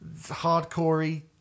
hardcore-y